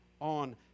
on